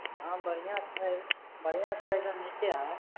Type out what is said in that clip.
हँ बढ़िआँ छै बढ़िआँ छै नहि नीके हइ